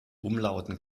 umlauten